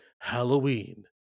Halloween